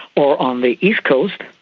or on the east coast,